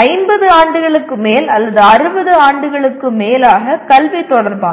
50 ஆண்டுகளுக்கு மேல் அல்லது 60 ஆண்டுகளுக்கு மேலாக கல்வி தொடர்பானது